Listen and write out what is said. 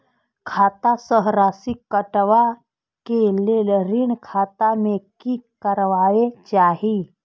खाता स राशि कटवा कै लेल ऋण खाता में की करवा चाही?